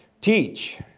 Teach